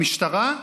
המשטרה,